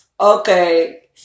Okay